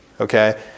Okay